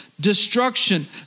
destruction